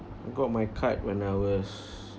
got my card when I was